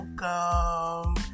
welcome